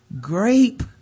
grape